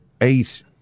eight